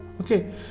okay